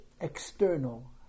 external